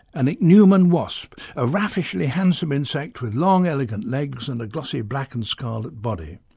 an ichneumon wasp, a raffishly handsome insect with long elegant legs and a glossy black and scarlet body.